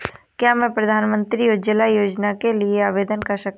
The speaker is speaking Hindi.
क्या मैं प्रधानमंत्री उज्ज्वला योजना के लिए आवेदन कर सकता हूँ?